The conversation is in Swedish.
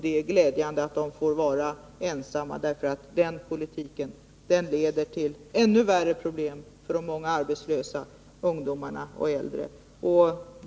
Det är glädjande att de får vara ensamma — den politiken leder till ännu mera problem för de många arbetslösa ungdomarna och äldre.